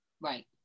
Right